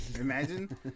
Imagine